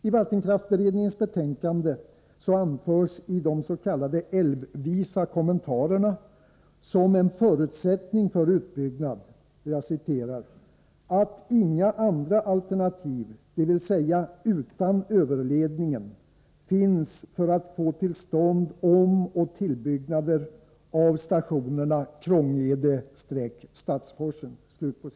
I vattenkraftsberedningens betänkande anförs i de s.k. älvvisa kommentarerna som en förutsättning för utbyggnad ”att inga andra alternativ, dvs. utan överledningen, finns för att få till stånd omoch tillbyggnader av stationerna Krångede-Stadsforsen”.